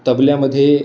तबल्यामध्ये